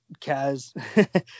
Kaz